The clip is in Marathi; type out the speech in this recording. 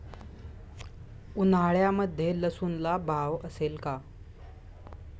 उन्हाळ्यामध्ये लसूणला भाव असेल का?